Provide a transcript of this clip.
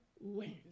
wins